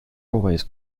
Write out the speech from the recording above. always